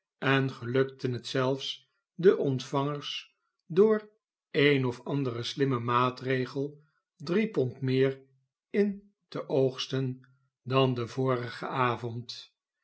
en gelukte het zelfs den ontvangers door een of anderen slimmen maatregel drie pond meer in te oogsten dan den vorigen avond